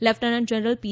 lieutenant general P